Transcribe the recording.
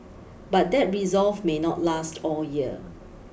but that resolve may not last all year